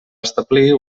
establir